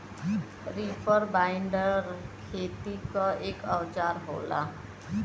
reaper binder खेती क एक औजार होला